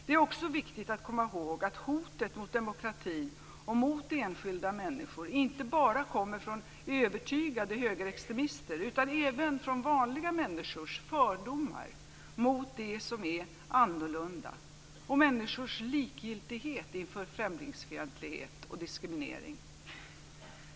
Det är också viktigt att komma ihåg att hotet mot demokratin och mot enskilda människor inte bara kommer från övertygade högerextremister utan även från vanliga människors fördomar mot det som är annorlunda och från människors likgiltighet inför främlingsfientlighet och diskriminering.